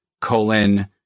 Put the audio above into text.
colon